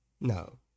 No